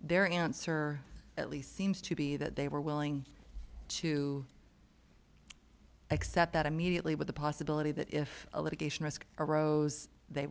their answer at least seems to be that they were willing to accept that immediately with the possibility that if a litigation risk arose they